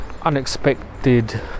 unexpected